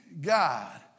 God